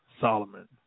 Solomon